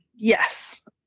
yes